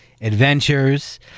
Adventures